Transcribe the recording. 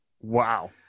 Wow